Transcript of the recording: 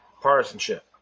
partisanship